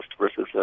versus